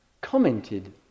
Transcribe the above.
commented